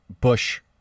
Bush